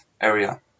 area